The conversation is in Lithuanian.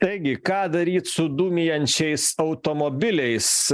taigi ką daryt su dūmijančiais automobiliais